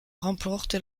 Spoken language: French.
remporte